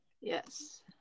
Yes